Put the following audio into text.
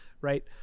right